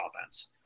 offense